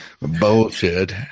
bullshit